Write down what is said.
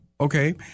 okay